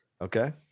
okay